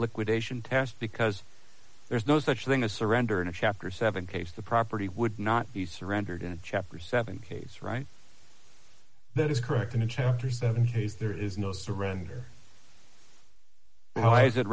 liquidation test because there's no such thing as surrender in a chapter seven case the property would not be surrendered in chapter seven states right that is correct and in chapter seven is there is no surrender well why is it